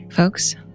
Folks